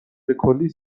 بکلی